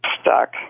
stuck